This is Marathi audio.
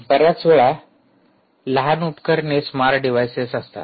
बर्याच वेळा लहान उपकरणे स्मार्ट डिव्हाइसेस असतात